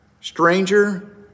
stranger